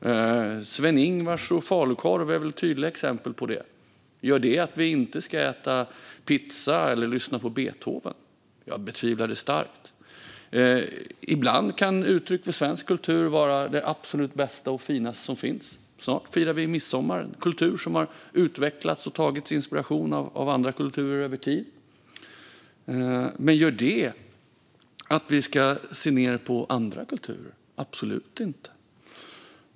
Sven-Ingvars och falukorv är väl tydliga exempel på det. Gör det att vi inte ska äta pizza eller lyssna till Beethoven? Det betvivlar jag starkt. Ibland kan uttryck för svensk kultur vara det absolut bästa och finaste som finns. Snart firar vi midsommar, en kultur som har utvecklats och över tid tagit inspiration av andra kulturer. Men gör det att vi ska se ned på andra kulturer? Absolut inte.